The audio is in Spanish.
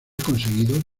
conseguido